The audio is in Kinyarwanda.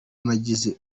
nagize